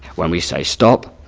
when we say stop,